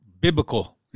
biblical